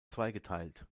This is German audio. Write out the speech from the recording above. zweigeteilt